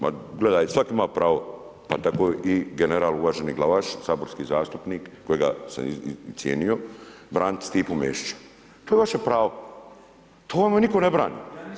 Ma gledajte, svako ima pravo pa tako i general uvaženi Glavaš, saborski zastupnik kojega sam cijenio braniti Stipu Mesića, to je vaše pravo, to vama nitko ne brani.